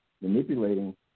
manipulating